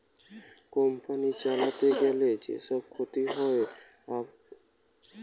company চালাতে গিলে যে সব ক্ষতি হয়ে অপারেশনাল রিস্ক হতিছে